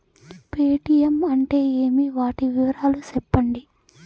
Paytm అంటే ఏమి, వాటి వివరాలు సెప్పండి?